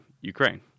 Ukraine